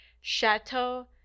Chateau